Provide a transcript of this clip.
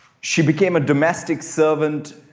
she became a domestic servant,